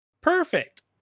Perfect